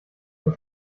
nur